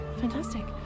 fantastic